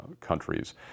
countries